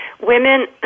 women